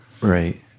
Right